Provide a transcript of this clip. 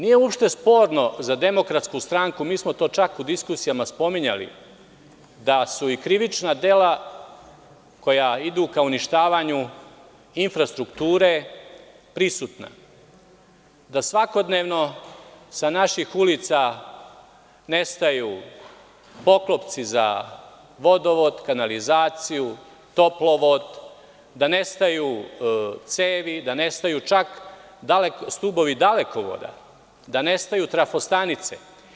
Nije uopšte sporno za DS, mi smo to čak u diskusijama spominjali, da su i krivična dela koja idu ka uništavanju infrastrukture prisutna, da svakodnevno sa naših ulica nestaju poklopci za vodovod, kanalizaciju, toplovod, da nestaju cevi, da nestaju čak stubovi dalekovoda, da nestaju trafostanice.